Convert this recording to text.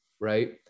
right